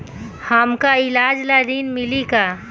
हमका ईलाज ला ऋण मिली का?